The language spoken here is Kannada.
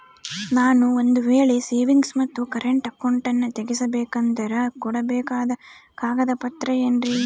ನಾನು ಒಂದು ವೇಳೆ ಸೇವಿಂಗ್ಸ್ ಮತ್ತ ಕರೆಂಟ್ ಅಕೌಂಟನ್ನ ತೆಗಿಸಬೇಕಂದರ ಕೊಡಬೇಕಾದ ಕಾಗದ ಪತ್ರ ಏನ್ರಿ?